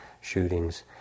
shootings